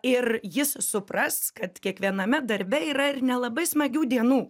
ir jis supras kad kiekviename darbe yra ir nelabai smagių dienų